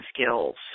skills